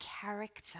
character